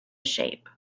shape